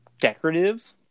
decorative